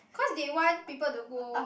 cause they want people to go